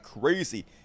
Crazy